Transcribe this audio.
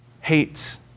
hates